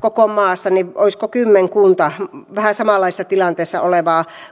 koko maassa koska kymmenkunta vähän samanlaiset ja käytännössä tämä